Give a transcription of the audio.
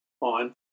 on